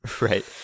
Right